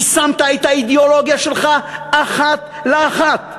יישמת את האידיאולוגיה שלך, אחת לאחת,